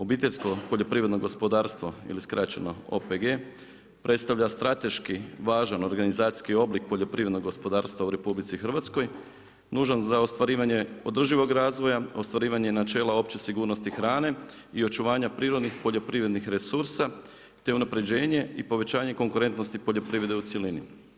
Obiteljsko poljoprivredno gospodarstvo ili skraćeno OPG predstavlja strateški važan organizacijski oblik poljoprivrednog gospodarstva u RH nužan za ostvarivanja održivog razvoja, ostvarivanje načela opće sigurnosti hrane i očuvanja prirodnih poljoprivrednih resursa te unapređenje i povećanje konkurentnosti poljoprivrede u cjelini.